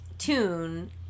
Tune